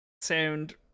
sound